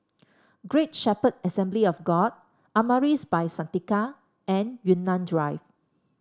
Great Shepherd Assembly of God Amaris By Santika and Yunnan Drive